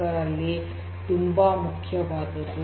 0 ತುಂಬಾ ಮುಖ್ಯವಾದದ್ದು